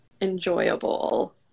enjoyable